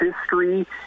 history